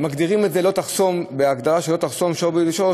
מגדירים את זה כ"לא תחסום שור בדישו",